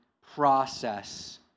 process